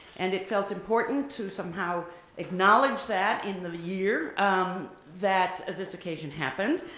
and it felt important to somehow acknowledge that in the year um that this occasion happened,